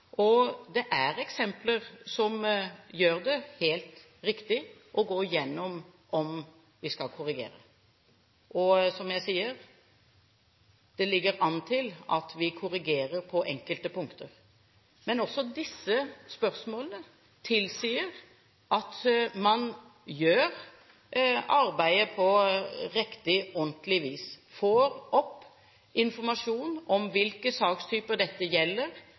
Det er eksempler som gjør det helt riktig å gå gjennom hvorvidt vi skal korrigere. Som jeg sier, ligger det an til at vi korrigerer på enkelte punkter. Men også disse spørsmålene tilsier at man gjør arbeidet på riktig, ordentlig vis, får opp informasjon om hvilke sakstyper dette gjelder,